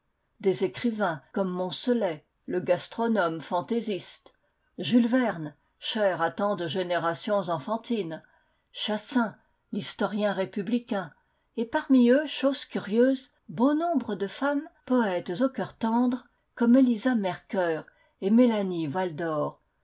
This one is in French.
des écrivains comme monselet le gastronome fantaisiste jules verne cher à tant de générations enfantines chassin l'historien républicain et parmi eux chose curieuse bon nombre de femmes poètes au cœur tendre comme elisa mercœur et mélanie waldor